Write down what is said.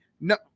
No